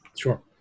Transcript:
Sure